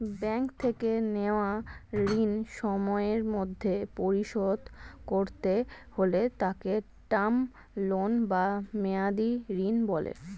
bank থেকে নেওয়া ঋণ সময়ের মধ্যে পরিশোধ করতে হলে তাকে টার্ম লোন বা মেয়াদী ঋণ বলে